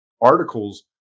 articles